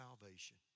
salvation